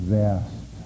vast